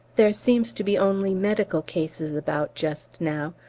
there seems to be only medical cases about just now,